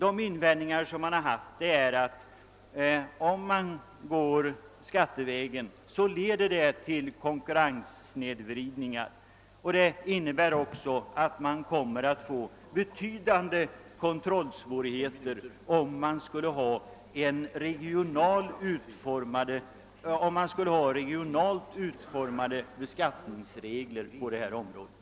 En invändning som har gjorts är att det skulle leda till snedvridningar av konkurrensen och att regionalt utformade beskattningsregler skulle medföra betydande kontrollsvårigheter.